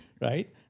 right